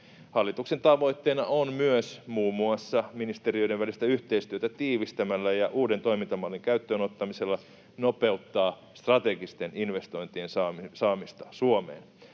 Hallituksen tavoitteena on myös muun muassa ministeriöiden välistä yhteistyötä tiivistämällä ja uuden toimintamallin käyttöön ottamisella nopeuttaa strategisten investointien saamista Suomeen.